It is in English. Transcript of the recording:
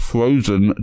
Frozen